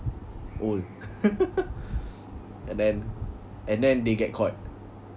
old and then and then they get caught